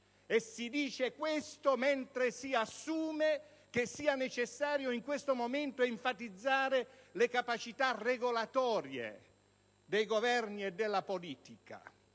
Si dice questo mentre si assume che sia necessario in questo momento enfatizzare le capacità regolatorie dei Governi e della politica.